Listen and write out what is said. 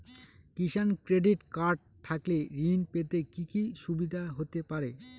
কিষান credit card থাকলে ঋণ পেতে কি কি সুবিধা হতে পারে?